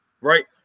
right